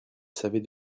savez